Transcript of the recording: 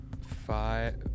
five